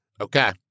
Okay